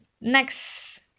next